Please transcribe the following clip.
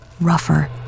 rougher